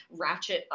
ratchet